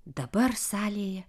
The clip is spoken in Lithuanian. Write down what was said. dabar salėje